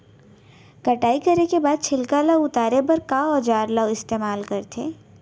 कटाई करे के बाद छिलका ल उतारे बर का औजार ल इस्तेमाल करथे?